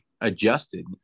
adjusted